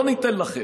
לא ניתן לכם,